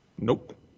nope